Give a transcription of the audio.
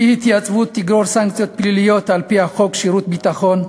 אי-התייצבות תגרור סנקציות פליליות על-פי חוק שירות ביטחון.